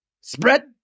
spread